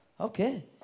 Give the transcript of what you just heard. okay